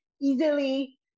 easily